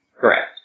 Correct